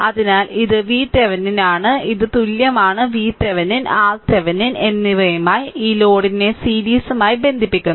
അതിനാൽ ഇത് vThevenin ആണ് ഇത് തുല്യമാണ് vThevenin RThevenin എന്നിവയുമായി ഈ ലോഡിനെ സീരീസുമായി ബന്ധിപ്പിക്കുന്നു